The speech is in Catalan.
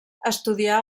estudià